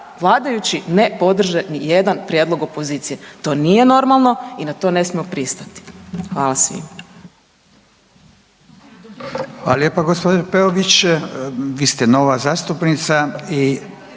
vladajuće ne podrže nijedan prijedlog opozicije. To nije normalno i na to ne smijemo pristati. Hvala svima. **Radin, Furio (Nezavisni)** Hvala lijepo g. Peović, vi ste nova zastupnica i